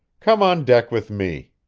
come on deck with me.